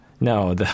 No